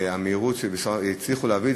והמהירות שבה הצליחו להעביר אותה,